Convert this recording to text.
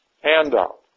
handout